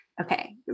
Okay